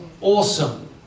awesome